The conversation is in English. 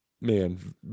Man